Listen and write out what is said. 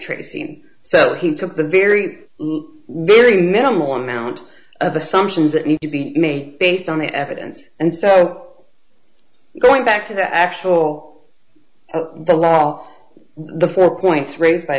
tracing so he took the very very minimal amount of assumptions that need to be made based on the evidence and so going back to the actual the law the four points raised by